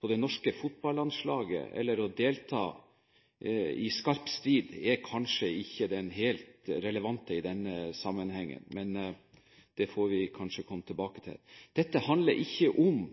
på det norske fotballandslaget eller å delta i skarp strid, er kanskje ikke den helt relevante i denne sammenhengen, men det får vi kanskje komme tilbake til. Dette handler ikke om